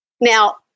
Now